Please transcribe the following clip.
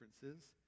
differences